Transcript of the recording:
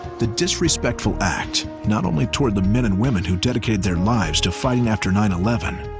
the disrespectful act not only toward the men and women who dedicated their lives to fighting after nine eleven,